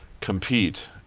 compete